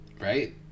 Right